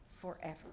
forever